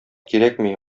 кирәкми